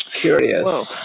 Curious